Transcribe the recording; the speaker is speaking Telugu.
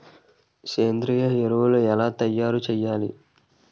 సేంద్రీయ ఎరువులు ఎలా తయారు చేయాలి?